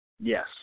Yes